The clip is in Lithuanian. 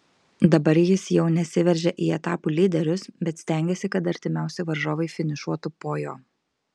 dabar jis jau nesiveržia į etapų lyderius bet stengiasi kad artimiausi varžovai finišuotų po jo